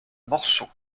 morceau